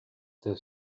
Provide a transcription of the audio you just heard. their